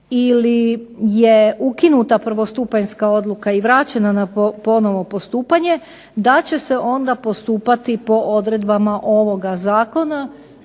Ili je ukinuta prvostupanjska odluka i vraćena na ponovno postupanje da će se onda postupati po odredbama ovoga zakona.